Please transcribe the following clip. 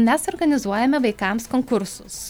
mes organizuojame vaikams konkursus